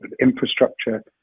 infrastructure